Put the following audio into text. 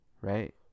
right